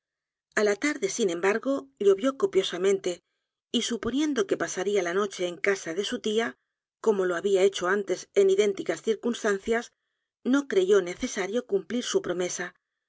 d e sin embargo llovió copiosamente y suponiendo que pasaría la noche en casa de su tía como lo había hecho antes en idénticas circunstancias no creyó necesario cumplir su promesa